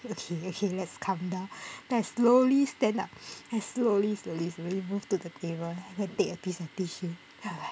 okay okay okay let's calm down then I slowly stand up slowly slowly moved to the table and take a piece of tissue